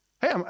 Hey